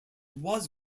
was